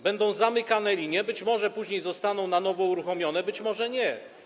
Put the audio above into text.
Będą zamykane linie, być może później zostaną na nowo uruchomione, być może nie.